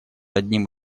одним